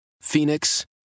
phoenix